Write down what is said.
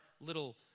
little